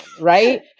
right